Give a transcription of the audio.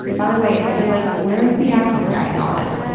by the way, if you're like, where is the atkins diet in all this?